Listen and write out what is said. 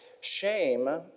Shame